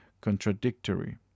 contradictory